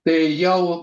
tai jau